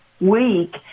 week